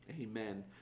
Amen